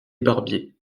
barbier